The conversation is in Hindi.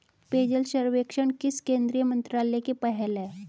पेयजल सर्वेक्षण किस केंद्रीय मंत्रालय की पहल है?